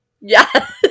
Yes